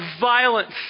violence